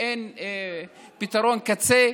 אין פתרון קצה.